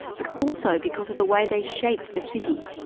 but also because of the way they shaped the city.